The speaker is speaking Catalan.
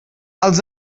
els